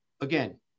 again